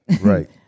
right